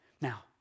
Now